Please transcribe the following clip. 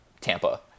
Tampa